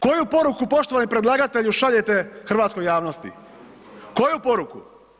Koju poruku poštovani predlagatelju šaljete hrvatskoj javnosti, koju poruku?